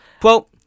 Quote